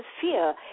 fear